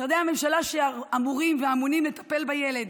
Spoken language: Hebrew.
משרדי הממשלה שאמונים על הטיפול בילד,